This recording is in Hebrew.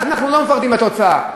אנחנו לא מפחדים מהתוצאה.